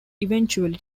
eventually